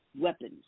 weapons